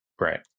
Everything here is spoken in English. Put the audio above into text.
Right